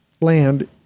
land